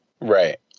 Right